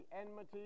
enmity